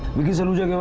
vicky saluja.